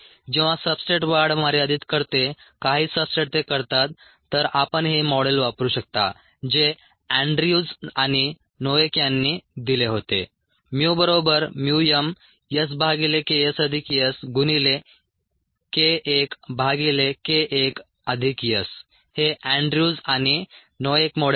जेव्हा सब्सट्रेट वाढ मर्यादित करते काही सब्सट्रेट ते करतात तर आपण हे मॉडेल वापरू शकता जे अँड्र्यूज आणि नोएक यांनी दिले होते μmSKsS KIKIS हे अँड्र्यूज आणि नोएक मॉडेल आहे